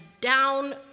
down